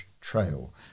trail